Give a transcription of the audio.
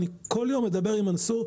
אני כל יום מדבר עם מנסור.